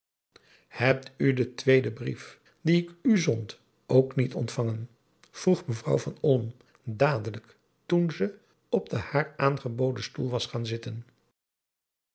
hebt u den tweeden brief dien ik u zond ook niet ontvangen vroeg mevrouw van olm dadelijk toen ze op den haar aangeboden stoel was gaan zitten